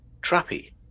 trappy